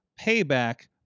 Payback